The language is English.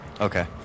Okay